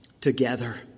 together